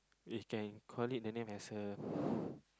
we can call it the name as a